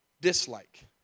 dislike